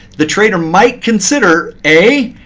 the trader might consider a,